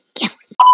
Yes